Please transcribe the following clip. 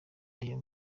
aya